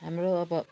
हाम्रो अब